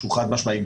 שהוא חד-משמעי.